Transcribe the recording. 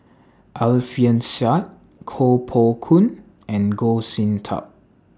Alfian Sa'at Koh Poh Koon and Goh Sin Tub